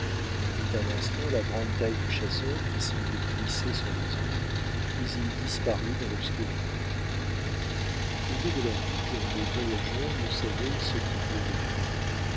on vit un instant la grande taille du chasseur qui semblait glisser sur les ondes puis il disparut dans l'obscurité privés de leur guide les voyageurs ne savaient ce qu'ils devaient faire